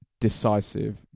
decisive